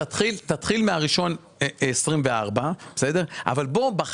תתחיל מה-1 בינואר 2024 אבל בוא נניח